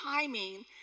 timing